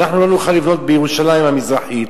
אנחנו לא נוכל לבנות בירושלים המזרחית,